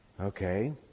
Okay